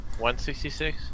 166